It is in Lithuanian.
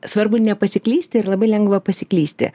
svarbu nepasiklysti ir labai lengva pasiklysti